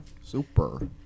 super